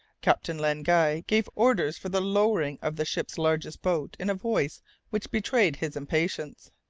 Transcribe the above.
captain len guy gave orders for the lowering of the ship's largest boat, in a voice which betrayed his impatience.